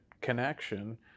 connection